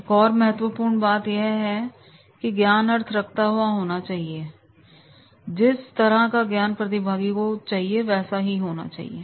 एक और महत्वपूर्ण बात है कि ज्ञान अर्थ रखता हुआ होना चाहिए और जिस तरह का ज्ञान प्रतिभागी को चाहिए वैसा ही होना चाहिए